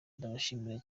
ndabashimira